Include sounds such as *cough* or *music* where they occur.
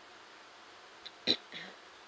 *noise*